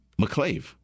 Mcclave